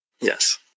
Yes